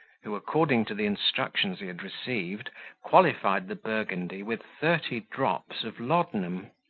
who, according to the instructions he had received qualified the burgundy with thirty drops of laudanum,